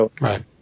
Right